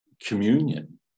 communion